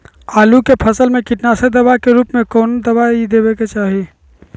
आलू के फसल में कीटनाशक दवा के रूप में कौन दवाई देवे के चाहि?